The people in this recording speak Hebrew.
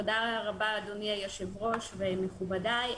תודה רבה אדוני היו"ר ומכובדיי.